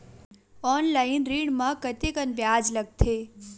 Online ऋण म कतेकन ब्याज लगथे?